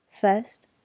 First